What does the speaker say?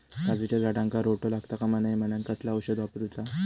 काजूच्या झाडांका रोटो लागता कमा नये म्हनान कसला औषध वापरूचा?